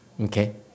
okay